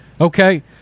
Okay